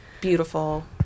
beautiful